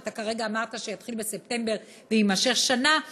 שאתה כרגע אמרת שיתחיל בספטמבר ויימשך שנה,